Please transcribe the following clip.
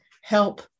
help